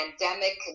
pandemic